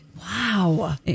wow